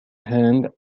hand